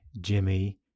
Jimmy